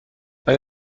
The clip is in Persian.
آیا